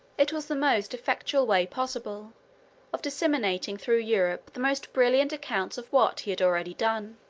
it was the most effectual way possible of disseminating through europe the most brilliant accounts of what he had already done.